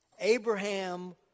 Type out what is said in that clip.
Abraham